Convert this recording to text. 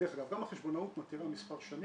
דרך אגב, גם החשבונאות מתירה מספר שנים,